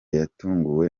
yatunguwe